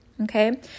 Okay